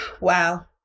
Wow